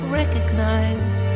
recognize